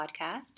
podcast